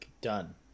done